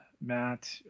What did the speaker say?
Matt